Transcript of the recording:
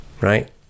right